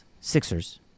Sixers